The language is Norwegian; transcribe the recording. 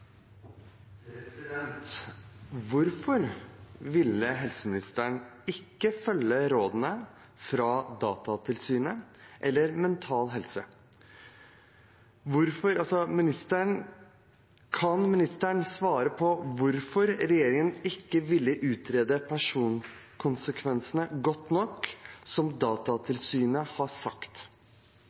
Datatilsynet eller Mental Helse? Kan statsråden svare på hvorfor regjeringen ikke ville utrede personvernkonsekvensene godt nok, slik som Datatilsynet har sagt?